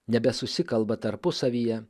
nebesusikalba tarpusavyje